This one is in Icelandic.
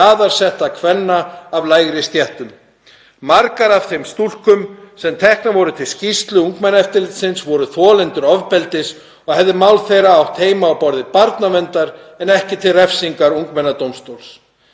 jaðarsettra kvenna af lægri stéttum. Margar af þeim stúlkum sem teknar voru til skýrslu ungmennaeftirlitsins voru þolendur ofbeldis og hefðu mál þeirra átt heima á borði barnaverndar en ekki til refsingar ungmennadómstóls.